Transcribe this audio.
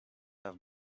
have